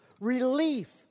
Relief